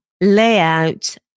layout